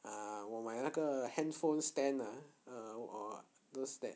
ah 我买那个 handphone stand ah err 我 those that